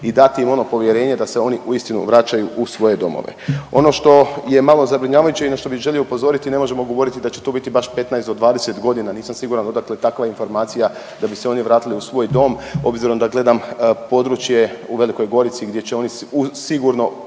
i dati im ono povjerenje da se oni uistinu vraćaju svoje domove. Ono što je malo zabrinjavajuće i na što bi želio upozoriti, ne možemo govoriti da će to biti baš 15 do 20 godina. Nisam siguran odakle takva informacija da bi se oni vratili u svoj dom obzirom da gledam područje u Velikoj Gorici gdje će oni sigurno